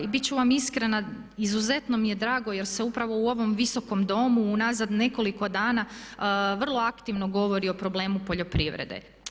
Bit ću vam iskrena, izuzetno mi je drago jer se upravo u ovom Visokom domu unazad nekoliko dana vrlo aktivno govori o problemu poljoprivrede.